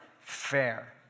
fair